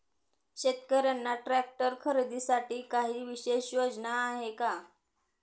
शेतकऱ्यांना ट्रॅक्टर खरीदीसाठी काही विशेष योजना आहे का?